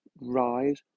rise